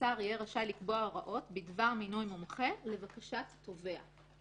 שהשר יהיה רשאי לקבוע הוראות בדבר מינוי מומחה לבקשת תובע,